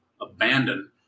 abandoned